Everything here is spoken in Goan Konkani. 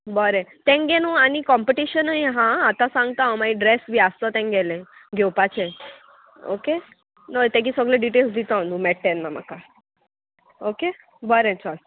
बरें तेंगे न्हू आनी कॉम्पिटिशनूय हा आतां सांगता हांव मागीर ड्रेस बी आसता तेंगेले घेवपाचे ओके न्हय तेगे सगळे डिटेल्स दिता हांव न्हू मेळटेन म्हाका ओके बरें चल